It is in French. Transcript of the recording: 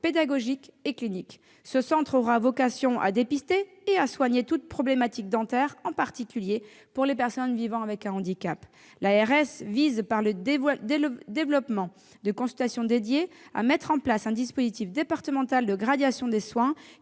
pédagogique et clinique. Ce centre aura vocation à dépister et à soigner toute problématique dentaire, en particulier pour les personnes vivant avec un handicap. L'ARS vise, par le développement de consultations dédiées, à mettre en place un dispositif départemental de gradation des soins